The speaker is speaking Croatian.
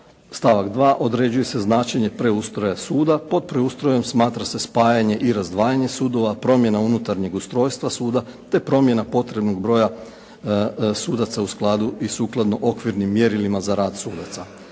stavak 2. određuje se značenje preustroja suda. Pod preustrojem smatra se spajanje i razdvajanje sudova, promjena unutarnjeg ustrojstva suda, te promjena potrebnog broja sudaca u skladu i sukladno okvirnim mjerilima za rad sudaca.